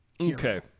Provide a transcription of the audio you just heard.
Okay